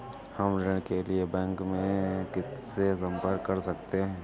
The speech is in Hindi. हम ऋण के लिए बैंक में किससे संपर्क कर सकते हैं?